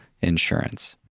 insurance